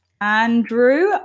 Andrew